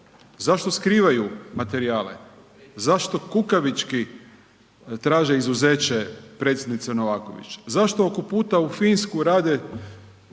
zašto skrivaju materijale, zašto kukavički traže izuzeće predsjednice Novaković, zašto oko puta u Finsku rade